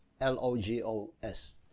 L-O-G-O-S